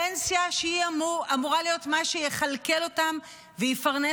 הפנסיה שאמורה להיות מה שיכלכל אותם ויפרנס